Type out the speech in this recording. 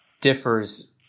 differs –